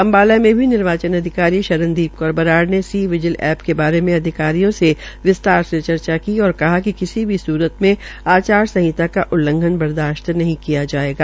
अम्बाला मे भी निर्वाचन अधिकारी शरण दीप कौर बराड़ ने सी विजिल एप्प के बारे में अधिकारियों से विस्तार से चर्चा की और कहा कि किसी भी सूरत मे आचार संहिता का उल्लंघन बर्दाश्त नहीं किया जायेगा